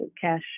cash